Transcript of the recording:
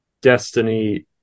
Destiny